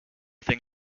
thing